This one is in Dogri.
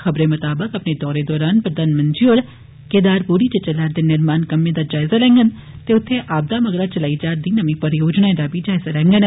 खबरें मताबक अपने दौरे दौरान प्रधानमंत्री होर केदारपूरी च चला'रदे निर्माण कम्मै दा जायज़ा लैंडन ते उत्थै आपदा मगरा चलाई जा'रदी नमीं परियोजनाएं दा बी जायज़ा लैंडन